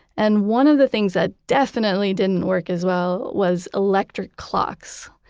and one of the things that definitely didn't work as well was electric clocks.